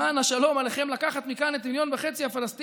למען השלום עליכם לקחת מכאן את 1.5 מיליון הפלסטינים,